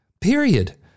period